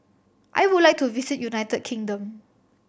I would like to visit United Kingdom